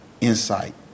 insight